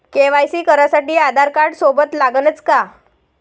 KYC करासाठी आधारकार्ड सोबत लागनच का?